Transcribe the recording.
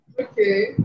Okay